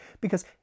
because